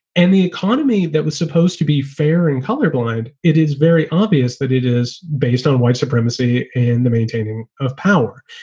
and the economy that was supposed to be fair and colorblind, it is very obvious that it is based on white supremacy and the maintaining of power.